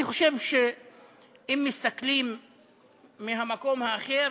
אני חושב שאם מסתכלים מהמקום האחר,